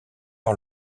par